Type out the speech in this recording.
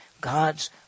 God's